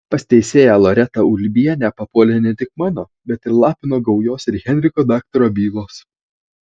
pas teisėją loretą ulbienę papuolė ne tik mano bet ir lapino gaujos ir henriko daktaro bylos